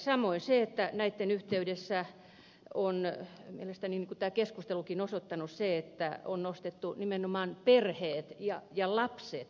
samoin näitten yhteydessä on mielestäni niin kuin tämä keskustelukin on osoittanut nostettu nimenomaan perheet ja lapset esille